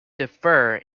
defer